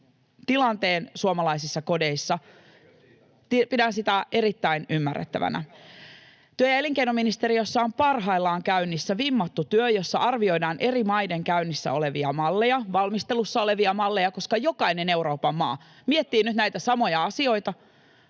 Tiesittekö siitä?] Pidän sitä erittäin ymmärrettävänä. Työ- ja elinkeinoministeriössä on parhaillaan käynnissä vimmattu työ, jossa arvioidaan eri maiden käynnissä olevia malleja, valmistelussa olevia malleja, koska jokainen Euroopan maa miettii nyt näitä samoja asioita,